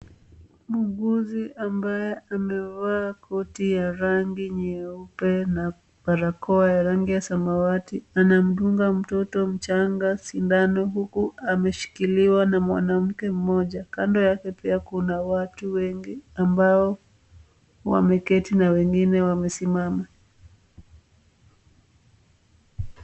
Muuguzi ambaye amevaa koti ya rangi nyeupe na barakoa ya rangi ya samawati, anamdunga mtoto mchanga sindano huku ameshikiliwa na mwanamke mmoja. Kando yake pia kuna watu wengi ambao wameketi na wengine wamesimama.